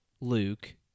Luke